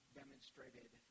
demonstrated